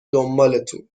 دنبالتون